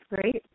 great